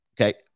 Okay